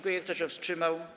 Kto się wstrzymał?